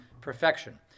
perfection